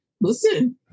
Listen